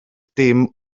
dim